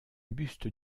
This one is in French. buste